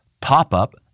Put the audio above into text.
pop-up